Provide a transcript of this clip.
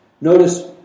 Notice